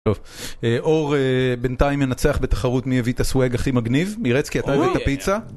טוב, אור בינתיים ינצח בתחרות מי הביא את הסואג הכי מגניב, מירצקי אתה הבאת פיצה